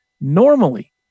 Normally